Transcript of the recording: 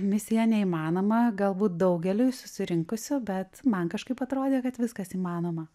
misija neįmanoma galbūt daugeliui susirinkusių bet man kažkaip atrodė kad viskas įmanoma